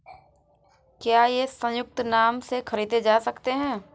क्या ये संयुक्त नाम से खरीदे जा सकते हैं?